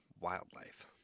Wildlife